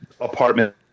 apartment